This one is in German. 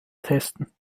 testen